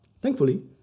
Thankfully